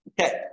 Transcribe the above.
Okay